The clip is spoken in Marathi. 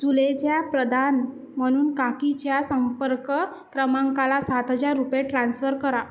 जुलैच्या प्रदान म्हणून काकीच्या संपर्क क्रमांकाला सात हजार रुपये ट्रान्सफर करा